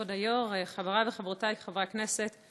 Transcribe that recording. כבוד היושב-ראש, חברי וחברותי חברי הכנסת,